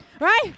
right